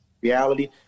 reality